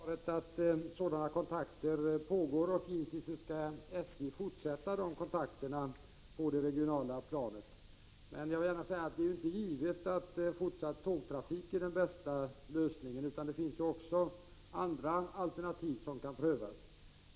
Herr talman! Som jag sade i svaret pågår sådana kontakter, och givetvis skall SJ fortsätta de kontakterna på det regionala planet. Men jag vill gärna säga att det inte är givet att fortsatt tågtrafik är den bästa lösningen, utan det finns också andra alternativ som kan prövas.